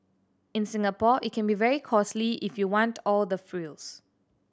in Singapore it can be very costly if you want all the frills